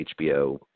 HBO